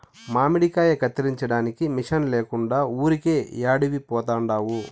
మామిడికాయ కత్తిరించడానికి మిషన్ లేకుండా ఊరికే యాడికి పోతండావు